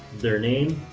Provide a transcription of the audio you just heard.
their name,